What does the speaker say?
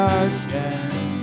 again